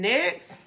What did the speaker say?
Next